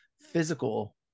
physical